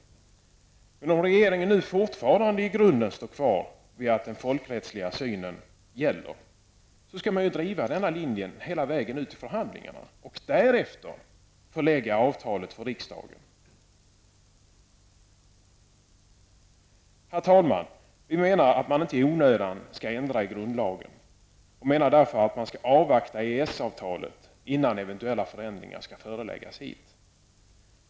Om nu regeringen fortfarande står kvar vid synen att den folkrättsliga synen gäller, bör man ju driva den linjen hela vägen ut till förhandlingarna och därefter förelägga avtalet för riksdagens godkännande. Herr talman! Vi anser att man inte i onödan skall ändra i grundlagen, och vi anser därför att man bör avvakta EES-avtalet innan eventuella förändringar i grundlagen görs.